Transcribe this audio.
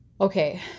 okay